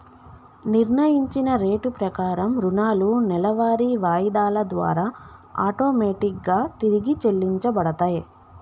నిర్ణయించిన రేటు ప్రకారం రుణాలు నెలవారీ వాయిదాల ద్వారా ఆటోమేటిక్ గా తిరిగి చెల్లించబడతయ్